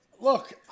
look